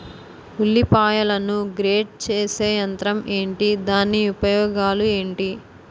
ఉల్లిపాయలను గ్రేడ్ చేసే యంత్రం ఏంటి? దాని ఉపయోగాలు ఏంటి?